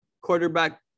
quarterback